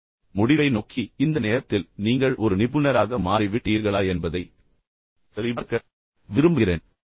இப்போது முடிவை நோக்கி இந்த நேரத்தில் நீங்கள் ஒரு நிபுணராக மாறிவிட்டீர்களா என்பதை சரிபார்க்க விரும்புகிறேன்